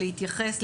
להתייחס,